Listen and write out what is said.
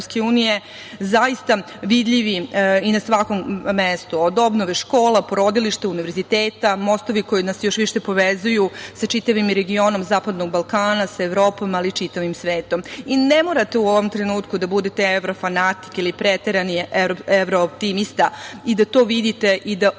zaista vidljivim i na svakom mestu, od obnove škola, porodilišta, univerziteta, mostovi koji nas još više povezuju sa čitavim regionom Zapadnog Balkana, sa Evropom, ali i čitavim svetom. Ne morate u ovom trenutku da budete evrofanatik, ili preterani evrooptimista, i da to vidite i da uočite